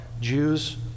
Jews